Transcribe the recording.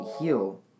heal